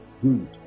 Good